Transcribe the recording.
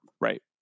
Right